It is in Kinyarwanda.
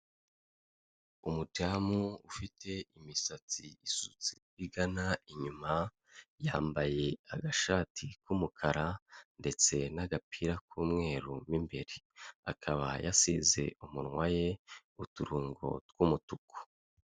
Umudamu ufite imisatsi isetse igana inyuma, yambaye agashati k'umukara ndetse n'agapira k'umweru mo imbere. Akaba yasize umunwa ye uturongo tw'umutuku.